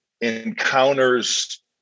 encounters